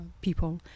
people